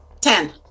Ten